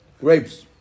grapes